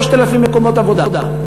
3,000 מקומות עבודה.